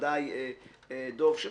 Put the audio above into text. בוודאי חבר הכנסת דב חנין,